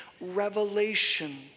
revelation